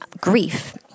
grief